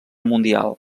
mundial